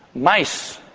mice.